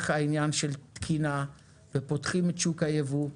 העניין של תקינה ופותחים את שוק היבוא.